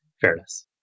fairness